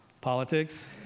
Politics